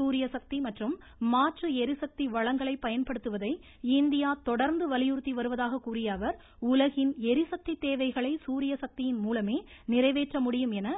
சூரியசக்தி மற்றும் மாற்று ளிசக்தி வளங்களை பயன்படுத்துவதை இந்தியா தொடர்ந்து வலியுறுத்தி வருவதாக கூறிய அவர் உலகின் ளிசக்தி தேவைகளை சூரிய சக்தியின் மூலமே நிறைவேற்ற முடியும் என